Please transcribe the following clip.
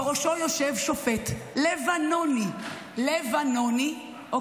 בראשו יושב שופט לבנוני, אוקיי?